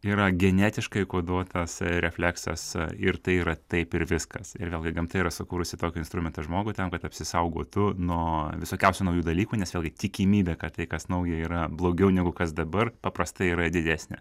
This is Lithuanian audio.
yra genetiškai koduotas refleksas ir tai yra taip ir viskas ir vėlgi gamta yra sukūrusi tokį instrumentą žmogui tam kad apsisaugotų nuo visokiausių naujų dalykų nes vėlgi tikimybė kad tai kas nauja yra blogiau negu kas dabar paprastai yra didesnė